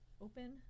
Open